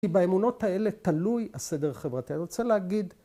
‫כי באמונות האלה ‫תלוי הסדר החברתי. ‫אני רוצה להגיד...